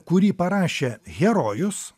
kurį parašė herojus